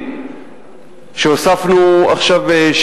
כפי שהוא עושה בכל נושא שהוא מתבקש.